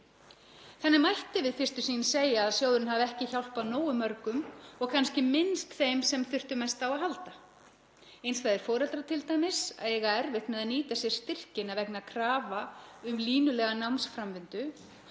Þannig mætti við fyrstu sýn segja að sjóðurinn hafi ekki hjálpað nógu mörgum og kannski minnst þeim sem þurftu mest á að halda. Einstæðir foreldrar t.d. eiga erfitt með að nýta sér styrkina vegna krafna um línulega námsframvindu.